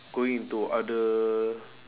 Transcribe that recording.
going into other